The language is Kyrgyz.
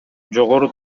жогору